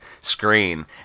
screen